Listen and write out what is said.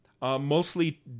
mostly